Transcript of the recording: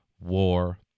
war